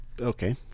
Okay